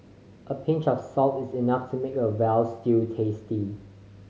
a pinch of salt is enough to make a veal stew tasty